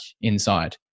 inside